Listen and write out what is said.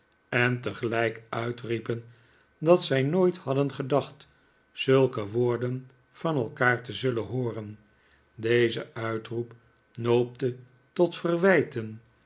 en tegelijk uitriepen dat zij nooit hadden gedacht zulke woorden van elkaar te zullen hooren deze uitroep noopte tot verwijten